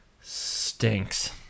stinks